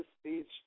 speech